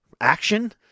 action